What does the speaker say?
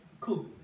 Cool